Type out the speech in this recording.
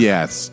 Yes